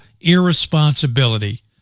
irresponsibility